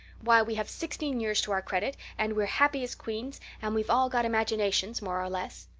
why, we have sixteen years to our credit, and we're happy as queens, and we've all got imaginations, more or less.